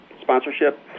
sponsorship